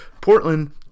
Portland